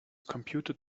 computed